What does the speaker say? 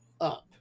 up